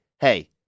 hey